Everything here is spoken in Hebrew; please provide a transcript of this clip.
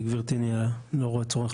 אוקי, קיבלת תשובה?